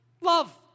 love